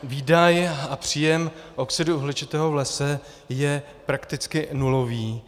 Výdaj a příjem oxidu uhličitého v lese je prakticky nulový.